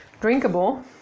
Drinkable